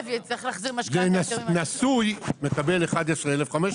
נשוי מקבל 11,500 ₪.